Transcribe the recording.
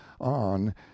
on